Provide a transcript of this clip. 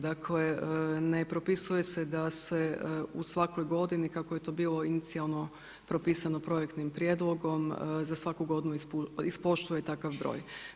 Dakle, ne propisuje se da se u svakoj godini, kako je to bio inicijalno propisano projektnim prijedlogom, za svaku godinu ispoštuje takav broj.